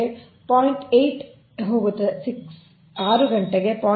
8 ಕ್ಕೆ ಹೋಗುತ್ತದೆ ಮತ್ತು 6 ಗಂಟೆಗೆ 0